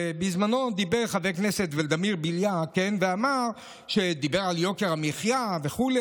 בזמנו חבר הכנסת ולדימיר בליאק דיבר על יוקר המחיה וכו',